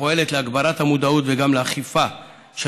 הפועלת להגברת המודעות וגם לאכיפה של